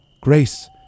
Grace